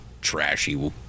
trashy